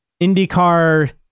IndyCar